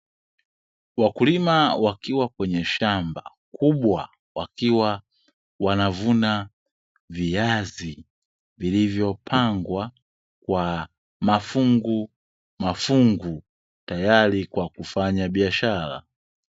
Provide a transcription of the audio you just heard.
Wakulima wakiwa kwenye shamba kubwa wakiwa wanavuna viazi vilivyopangwa kwa mafungu mafungu tayari kwa kufanya biashara.